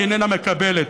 איננה מקבלת.